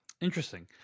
Interesting